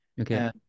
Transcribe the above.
Okay